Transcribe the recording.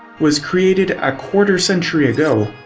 was created a quarter century ago.